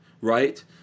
right